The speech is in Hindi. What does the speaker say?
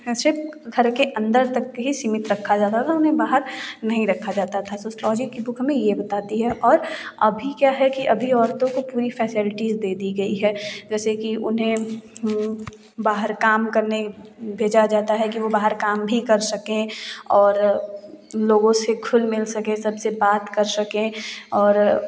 ऐसे घर के अंदर तक ही सीमित रखा जाता था उन्हें बाहर नहीं रखा जाता था सोशलॉजी की बुक हमें यह बताती है और अभी क्या है कि अभी औरतों को पूरी फैसिलिटीज़ दे दी गई है जैसे कि उन्हें बाहर काम करने भेजा जाता है कि वह बाहर काम भी कर सकें और लोगों से खुल मिल सकें सबसे बात कर सकें और